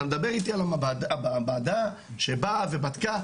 אתה מדבר איתי על המעבדה שבאה ובדקה,